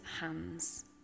hands